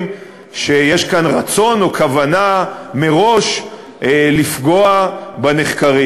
שיש כאן רצון או כוונה מראש לפגוע בנחקרים.